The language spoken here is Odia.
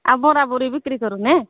ଆଉ ବରା ବରି ବିକ୍ରି କରୁନ